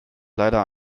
leider